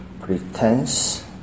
pretense